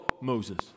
Moses